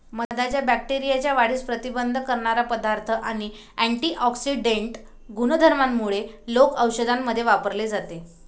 मधाच्या बॅक्टेरियाच्या वाढीस प्रतिबंध करणारा पदार्थ आणि अँटिऑक्सिडेंट गुणधर्मांमुळे लोक औषधांमध्ये वापरले जाते